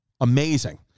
amazing